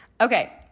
Okay